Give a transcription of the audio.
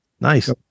Nice